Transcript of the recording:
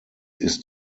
ist